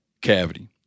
cavity